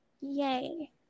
Yay